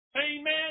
Amen